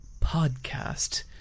Podcast